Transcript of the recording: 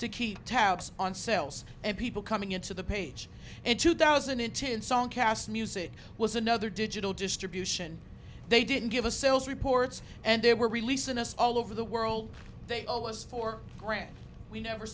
to keep tabs on sales and people coming into the page in two thousand and ten song cast music was another digital distribution they didn't give a sales reports and they were releasing us all over the world they owe us four grand we never